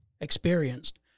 experienced